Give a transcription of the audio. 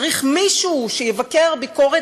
צריך מישהו שיבקר ביקורת,